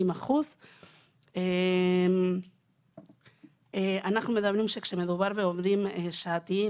והרביעית של 150%. כשמדובר בעובדים שעתיים,